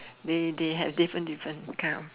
they they had different different kind of